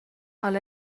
حالا